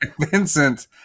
Vincent